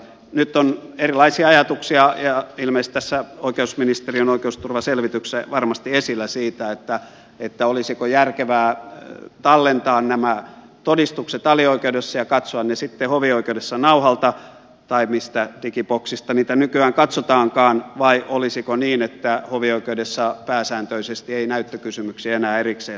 nyt on erilaisia ajatuksia ja ilmeisesti tässä oikeusministeriön oikeusturvaselvityksessä varmasti esillä siitä olisiko järkevää tallentaa nämä todistukset alioikeudessa ja katsoa ne sitten hovioikeudessa nauhalta tai mistä digiboksista niitä nykyään katsotaankaan vai olisiko niin että hovioikeudessa pääsääntöisesti ei näyttökysymyksiä enää erikseen harkittaisi